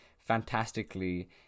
fantastically